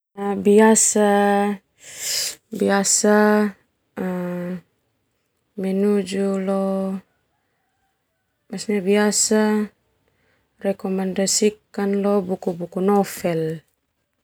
Biasa biasa menuju lo rekomendasikan lo buku buku novel.